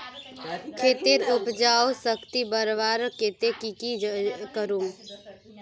खेतेर उपजाऊ शक्ति बढ़वार केते की की करूम?